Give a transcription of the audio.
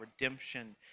redemption